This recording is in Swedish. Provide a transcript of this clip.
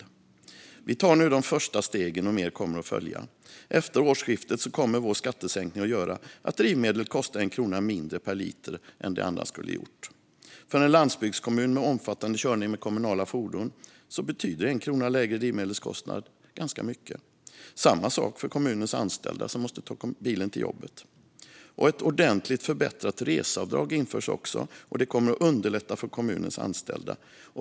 Vi tar nu de första stegen, och mer kommer att följa. Efter årsskiftet kommer vår skattesänkning att göra att drivmedel kostar 1 krona mindre per liter än det annars skulle ha gjort. För en landsbygdskommun med omfattande körning med kommunala fordon betyder 1 krona lägre drivmedelskostnad mycket. Det är samma sak för kommunens anställda som måste ta bilen till jobbet. Ett ordentligt förbättrat reseavdrag införs också, vilket kommer att underlätta för kommunens anställda.